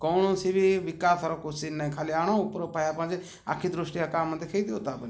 କୌଣସି ବି ବିକାଶର କ୍ୱେଶ୍ଚିନ୍ ନାଇ ଖାଲି ଉପରୁ ପାଇବା ପାଇଁ ଯେ ଆଖି ଦୃଷ୍ଟିଆ କାମ୍ ଦେଖେଇ ଦେଉ ତା'ପରେ ନାଇ